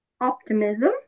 optimism